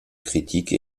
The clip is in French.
critique